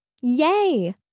Yay